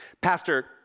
Pastor